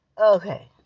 Okay